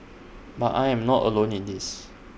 but I am not alone in this